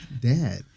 dad